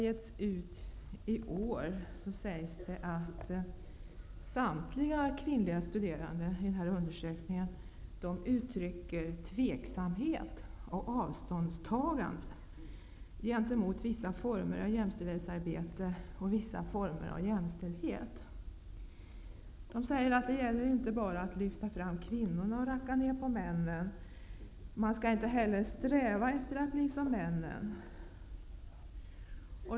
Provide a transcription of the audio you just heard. Där sägs att samtliga kvinnliga studerande i undersökningen uttrycker tveksamhet och avståndstagande gentemot vissa former av jämställdhetsarbete och vissa former av jämställdhet. De säger att det inte bara gäller att lyfta fram kvinnorna och racka ned på männen. Kvinnorna skall heller inte sträva efter att bli som männen.